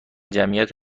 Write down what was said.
جمعیت